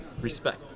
respect